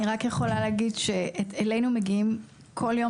אני רק יכולה להגיד שאלינו מגיעים כל יום